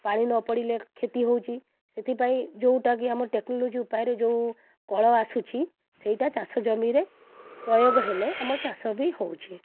ପାଣି ନପଡ଼ିଲେ କ୍ଷତି ହେଉଛି ସେଥିପାଇଁ ଯେଉଁଟାକି ଆମର ଟେକ୍ନୋଲୋଜି ଉପାୟରେ ଯେଉଁ କଳ ଆସୁଛି ସେଇଟା ଚାଷଜମିରେ ପ୍ରୟୋଗ ହେଲେ ଆମର ଚାଷ ବି ହେଉଛି